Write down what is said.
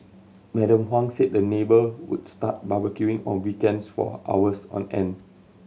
Madam Huang said the neighbour would start barbecuing on weekends for hours on end